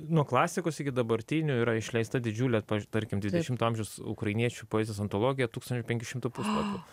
nuo klasikos iki dabartinių yra išleista didžiulė tarkim dvidešimto amžiaus ukrainiečių poezijos antologija tūkstančio penkių šimtų puslapių